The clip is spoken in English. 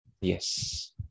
Yes